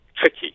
tricky